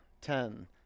ten